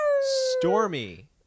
stormy